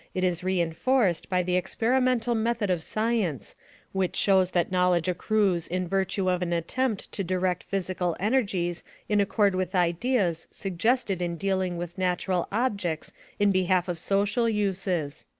it is reinforced by the experimental method of science which shows that knowledge accrues in virtue of an attempt to direct physical energies in accord with ideas suggested in dealing with natural objects in behalf of social uses.